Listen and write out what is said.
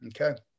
okay